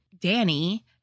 Danny